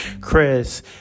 Chris